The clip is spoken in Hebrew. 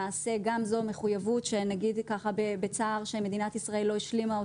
למעשה גם זו מחויבות שנגיד ככה בצער שמדינת ישראל לא השלימה אותה.